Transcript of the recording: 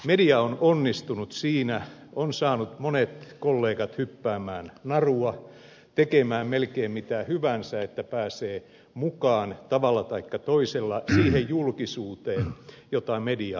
media on onnistunut siinä on saanut monet kollegat hyppäämään narua tekemään melkein mitä hyvänsä että pääsee mukaan tavalla taikka toisella siihen julkisuuteen jota media tarjoaa